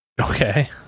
okay